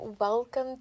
Welcome